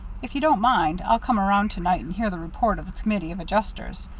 if you don't mind, i'll come around to-night and hear the report of the committee of adjusters.